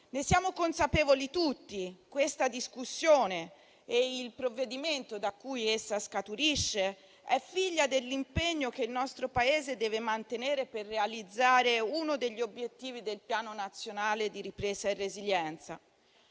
Ne siamo consapevoli tutti: questa discussione (come il provvedimento da cui essa scaturisce) è figlia dell'impegno che il nostro Paese deve mantenere per realizzare uno degli obiettivi del Piano nazionale di ripresa e resilienza.